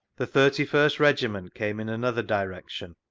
the thirty first regiment came in another direction,